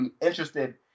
interested